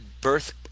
birth